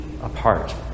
apart